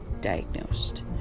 diagnosed